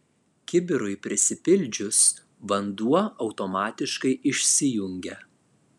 kibirui prisipildžius vanduo automatiškai išsijungia